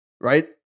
Right